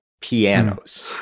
pianos